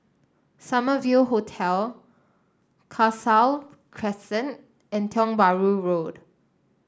Summer View Hotel Crescent and Tiong Bahru Road